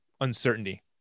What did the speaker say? uncertainty